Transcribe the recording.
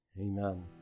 amen